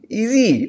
easy